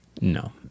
No